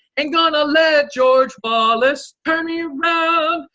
ain't gonna let george wallace turn me round,